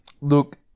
Look